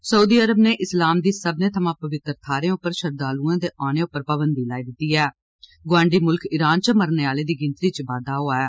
Saudi Arab नै इस्लाम दी सब्मने थमां पवित्र थाह्रें उप्पर श्रद्धालुएं दे औने उप्पर पाबंदी लाई दित्ती ऐ गोआंडी मुल्ख ईरान च मरने आह्ले दी गिनतरी च बाद्दा होआ ऐ